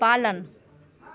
पालन